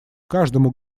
каждому